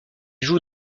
joue